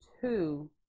two